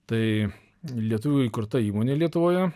tai lietuvių įkurta įmonė lietuvoje